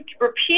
repeat